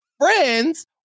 friends